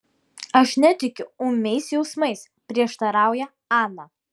aš netikiu ūmiais jausmais prieštarauja ana